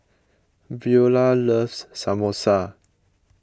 Veola loves Samosa